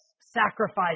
sacrifice